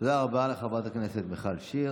תודה רבה לחברת הכנסת מיכל שיר.